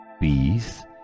peace